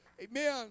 Amen